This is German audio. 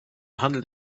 handelt